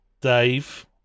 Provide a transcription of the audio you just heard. Dave